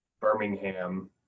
Birmingham